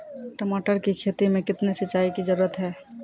टमाटर की खेती मे कितने सिंचाई की जरूरत हैं?